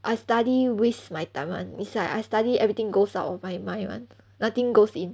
I study waste my time [one] is like I study everything goes out of my mind [one] nothing goes in